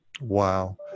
Wow